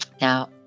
Now